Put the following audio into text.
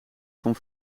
kwam